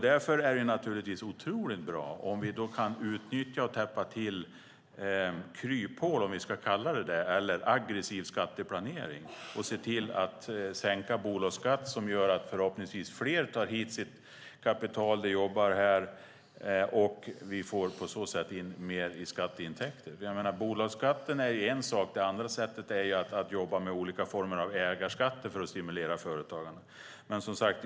Därför är det naturligtvis otroligt bra om vi kan täppa till kryphål - om vi ska kalla det så - motverka aggressiv skatteplanering och se till att sänka bolagsskatten. Förhoppningsvis gör det att fler tar hit sitt kapital och jobbar här, och på så sätt får vi in mer i skatteintäkter. Bolagsskatten är en sak. Det andra sättet är att jobba med olika former av ägarskatter för att stimulera företagande.